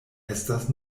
estas